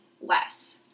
less